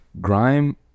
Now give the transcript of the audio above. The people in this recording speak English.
Grime